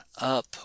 up